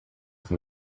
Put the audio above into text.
com